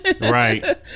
Right